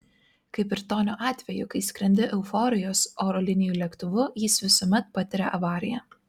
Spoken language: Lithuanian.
kaip ir tonio atveju kai skrendi euforijos oro linijų lėktuvu jis visuomet patiria avariją